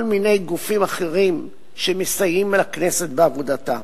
מיני גופים אחרים שמסייעים לכנסת בעבודתה.